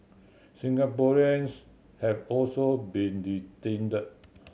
Singaporeans have also been detained